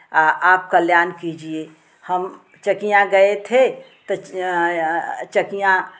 आप कल्यान कीजिए हम चकियाँ गए थे तो चकियाँ